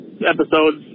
episodes